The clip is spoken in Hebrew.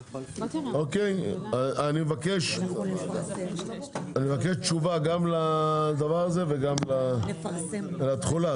מבקש תשובה, גם לדבר הזה, וגם לתחולה.